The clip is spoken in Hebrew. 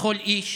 לכל איש